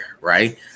Right